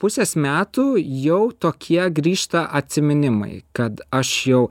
pusės metų jau tokie grįžta atsiminimai kad aš jau